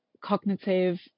cognitive